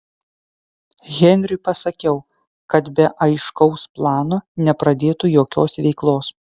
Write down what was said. henriui pasakiau kad be aiškaus plano nepradėtų jokios veiklos